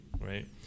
right